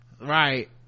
right